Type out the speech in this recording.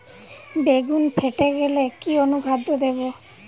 বেগুন ফেটে গেলে কি অনুখাদ্য দেবো?